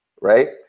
right